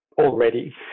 already